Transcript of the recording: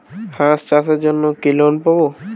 হাঁস চাষের জন্য কি লোন পাব?